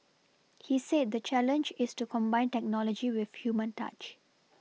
he said the challenge is to combine technology with human touch